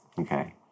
Okay